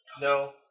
No